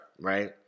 right